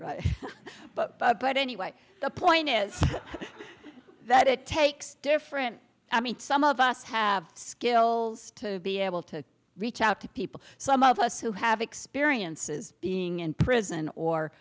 but anyway the point is that it takes different i mean some of us have skills to be able to reach out to people some of us who have experiences being in prison or